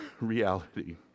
reality